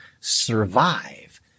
survive